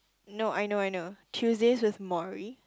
no I know I know Tuesdays with Morrie